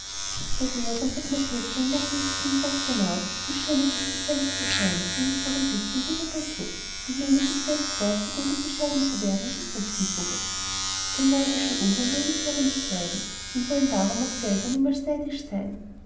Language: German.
der georg und das mathildchen merken es sich nun aber recht genau wie schön es ist gefällig zu sein wenn man sich auch ein bißchen weh dabei tut und nehmen sich fest vor so gut und bescheiden zu werden wie der christkindvogel den neidischen uhu mögen sie aber nicht leiden und wollen darum auch selber niemals neidisch sein